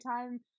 time